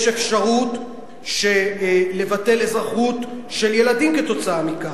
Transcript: יש אפשרות לבטל אזרחות של ילדים כתוצאה מכך.